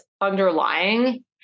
underlying